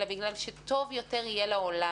אלא בגלל שיהיה טוב יותר לעולם